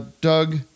Doug